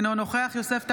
אינו נוכח יוסף טייב,